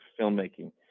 filmmaking